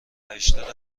هشتاد